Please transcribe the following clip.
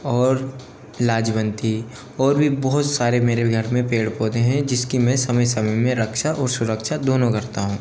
और लाजवंती और भी बहुत सारे मेरे घर में पेड़ पौधे हैं जिसकी मैं समय समय में रक्षा और सुरक्षा दोनों करता हूँ